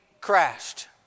crashed